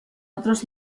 otros